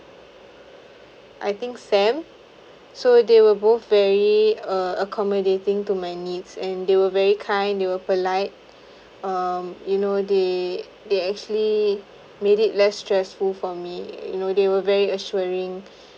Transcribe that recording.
I think sam so they were both very uh accommodating to my needs and they were very kind they were polite um you know they they actually make it less stressful for me you know they were very assuring